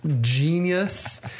genius